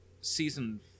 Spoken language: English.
Season